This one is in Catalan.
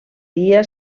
dia